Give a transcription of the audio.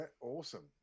awesome